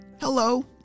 Hello